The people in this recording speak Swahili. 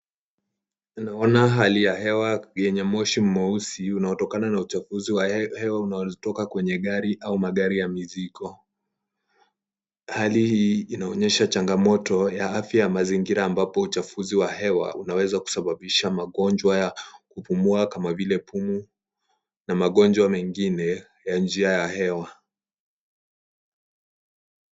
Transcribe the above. Tunaona hali ya hewa yenye moshi mweusi unaotokana na uchafuzi wa hewa unaotoka kwenye gari au magari ya mizigo. Hali hii inaonyesha changamoto ya afya ya mazingira ambapo uchafuzi wa hewa unaweza kusababisha magonjwa ya kupumua kama vile pumu na magonjwa mengine ya njia ya hewa.